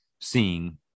seeing